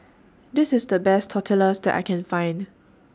This IS The Best Tortillas that I Can Find